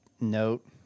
note